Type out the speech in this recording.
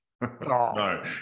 No